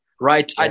right